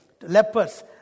Lepers